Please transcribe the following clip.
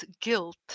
guilt